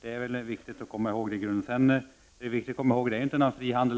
Vi har vidare inte heller i dag någon frihandel.